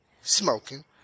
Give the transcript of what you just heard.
smoking